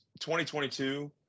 2022